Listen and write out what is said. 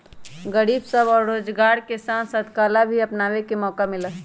गरीब सब के रोजगार के साथ साथ कला के भी अपनावे के मौका मिला हई